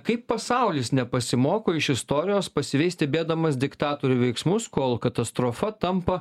kaip pasaulis nepasimoko iš istorijos pasyviai stebėdamas diktatorių veiksmus kol katastrofa tampa